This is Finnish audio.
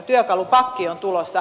työkalupakki on tulossa